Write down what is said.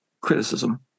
criticism